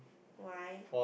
why